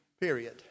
period